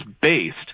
based